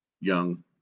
Young